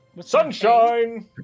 Sunshine